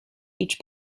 each